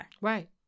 Right